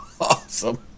Awesome